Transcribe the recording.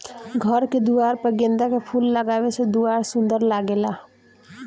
घर के दुआर पर गेंदा के फूल लगावे से दुआर सुंदर लागेला